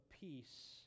peace